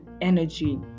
energy